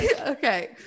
Okay